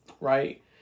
Right